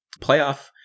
playoff